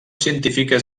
científiques